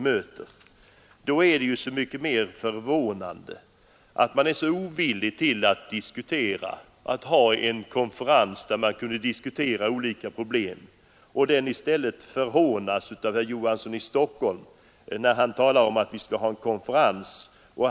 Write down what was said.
Det är då förvånande att man är så ovillig till en konferens där vi kunde diskutera olika problem. I stället förhånas idén av herr Knut Johansson i Stockholm.